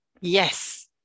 Yes